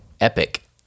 epic